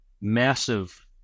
massive